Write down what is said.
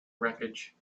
wreckage